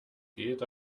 geht